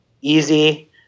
easy